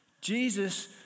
Jesus